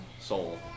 soul